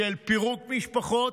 של פירוק משפחות,